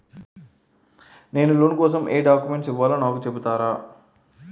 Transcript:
నేను లోన్ కోసం ఎం డాక్యుమెంట్స్ ఇవ్వాలో నాకు చెపుతారా నాకు చెపుతారా?